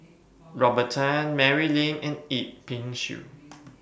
Robert Tan Mary Lim and Yip Pin Xiu